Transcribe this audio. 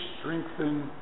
strengthen